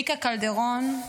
מיקה קלדרון,